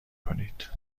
کنید